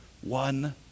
one